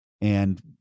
And-